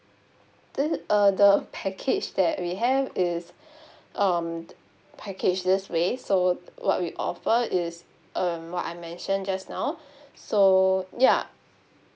thi~ uh the package that we have is um packaged this way so what we offer is um what I mentioned just now so ya